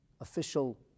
official